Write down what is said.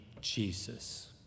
JESUS